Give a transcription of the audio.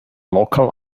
local